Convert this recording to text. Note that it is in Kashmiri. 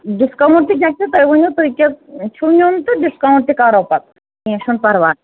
ڈِسکاوُنٛٹ تہِ گَژھِ تُہۍ ؤنِو تُہۍ کیٛاہ چھُو نیُن تہٕ ڈِسکاوُنٛٹ تہِ کَرو پتہٕ کینٛہہ چھُنہٕ پروہ